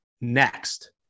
Next